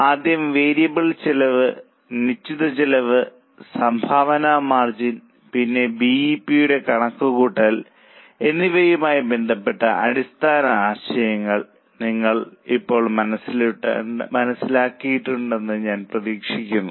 ആദ്യം വേരിയബിൾ ചെലവ് നിശ്ചിത ചെലവ് സംഭാവന മാർജിൻ പിന്നെ ബി ഇ പി യുടെ കണക്കുകൂട്ടൽ എന്നിവയുമായി ബന്ധപ്പെട്ട അടിസ്ഥാന ആശയങ്ങൾ നിങ്ങൾ ഇപ്പോൾ മനസ്സിലാക്കിയിട്ടുണ്ടെന്ന് ഞാൻ പ്രതീക്ഷിക്കുന്നു